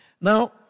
Now